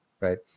right